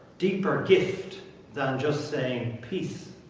deeper gift than just saying peace.